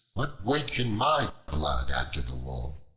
what weight can my blood add to the wool?